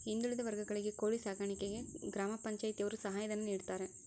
ಹಿಂದುಳಿದ ವರ್ಗಗಳಿಗೆ ಕೋಳಿ ಸಾಕಾಣಿಕೆಗೆ ಗ್ರಾಮ ಪಂಚಾಯ್ತಿ ಯವರು ಸಹಾಯ ಧನ ನೀಡ್ತಾರೆ